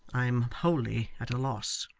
i am wholly at a loss